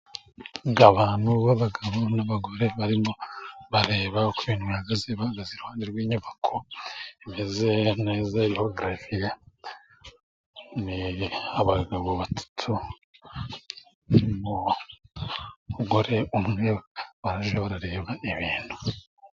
Abantu b'abagabo n'abagore barimo bareba uko ibintu bihagaze bahagaze iruhande rw'inyubako imeze neza iriho garaviye. Ni abagabo batatu, umugore umwe baje barareba n'ibintu.